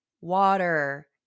water